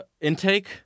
intake